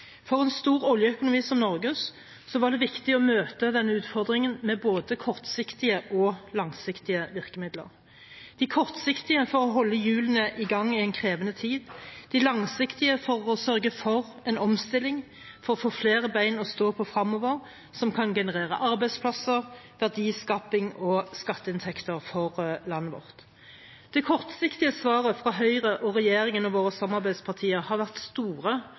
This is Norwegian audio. For en stor oljeøkonomi som Norge var det viktig å møte den utfordringen med både kortsiktige og langsiktige virkemidler – de kortsiktige for å holde hjulene i gang i en krevende tid, de langsiktige for å sørge for en omstilling for å få flere ben å stå på fremover som kan generere arbeidsplasser, verdiskaping og skatteinntekter for landet vårt. Det kortsiktige svaret fra Høyre, regjeringen og våre samarbeidspartier har vært store